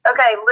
Okay